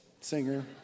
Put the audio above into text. Singer